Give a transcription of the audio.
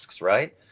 right